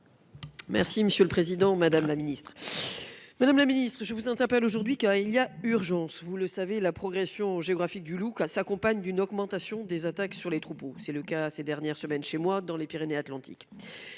de la souveraineté alimentaire. Madame la ministre, je vous interpelle aujourd’hui, car il y a urgence. Comme vous le savez, la progression géographique du loup s’accompagne d’une augmentation des attaques sur les troupeaux. C’est le cas ces dernières semaines dans les Pyrénées Atlantiques.